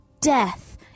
death